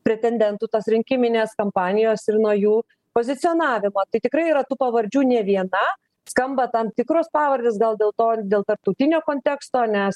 pretendentų tas rinkiminės kampanijos ir nuo jų pozicionavimo tai tikrai yra tų pavardžių ne viena skamba tam tikros pavardės gal dėl to dėl tarptautinio konteksto nes